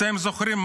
אתם זוכרים,